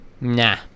Nah